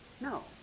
No